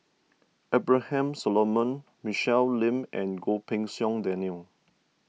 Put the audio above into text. Abraham Solomon Michelle Lim and Goh Pei Siong Daniel